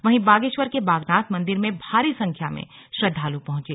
वहीं बागेश्वर के बागनाथ मंदिर में भारी संख्या में श्रद्दालु पहुंचे